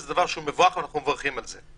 זה דבר שהוא מבורך ואנחנו מברכים על זה.